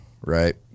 right